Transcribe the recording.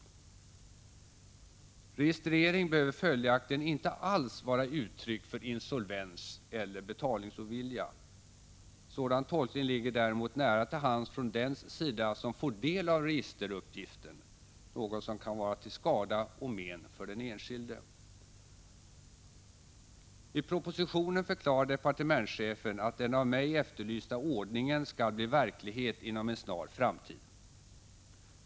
Registrering behöver följaktligen inte alls vara uttryck för insolvens eller betalningsovilja. Sådan tolkning ligger däremot nära till hands från dens sida som får del av registeruppgiften, något som kan vara till skada och men för den enskilde. I propositionen förklarar departementschefen att den av mig efterlysta ordningen skall bli verklighet inom en snar framtid.